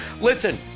Listen